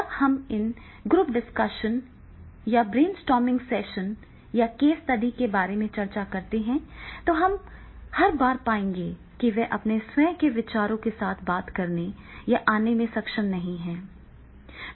जब हम इन ग्रुप डिस्कशन या ब्रेन स्टॉर्मिंग सेशन या केस स्टडीज के बारे में चर्चा करते हैं तो हर बार हम पाएंगे कि वे अपने स्वयं के विचारों के साथ बात करने या आने में सक्षम नहीं हैं